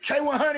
K100